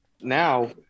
now